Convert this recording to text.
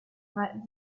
malten